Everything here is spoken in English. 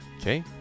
Okay